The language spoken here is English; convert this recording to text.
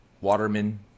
waterman